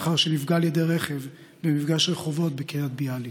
לאחר שנפגע מרכב במפגש רחובות בקריית ביאליק,